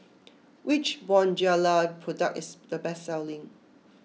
which Bonjela product is the best selling